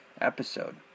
episode